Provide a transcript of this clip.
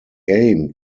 aim